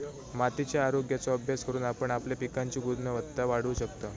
मातीच्या आरोग्याचो अभ्यास करून आपण आपल्या पिकांची गुणवत्ता वाढवू शकतव